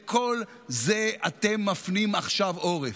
לכל זה אתם מפנים עכשיו עורף,